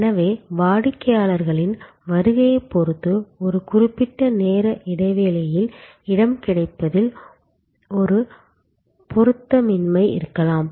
எனவே வாடிக்கையாளர்களின் வருகையைப் பொறுத்து ஒரு குறிப்பிட்ட நேர இடைவெளியில் இடம் கிடைப்பதில் ஒரு பொருத்தமின்மை இருக்கலாம்